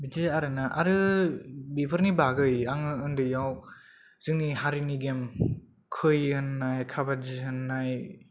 बिदि आरो ना आरो बेफोरनि बागै आंङो उन्दै आव जोंनि हारिनि गेम खै होननाय खाबादि होननाय